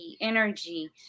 energy